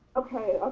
okay,